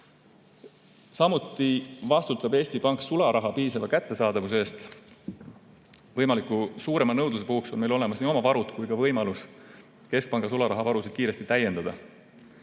Samuti vastutab Eesti Pank sularaha piisava kättesaadavuse eest. Võimaliku suurema nõudluse puhuks on meil olemas nii oma varu kui ka võimalus keskpanga sularahavarusid kiiresti täiendada.